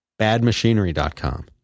Badmachinery.com